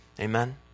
amen